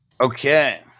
Okay